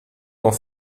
dans